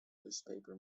newspaper